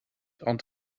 ond